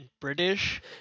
british